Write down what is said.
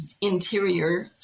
interior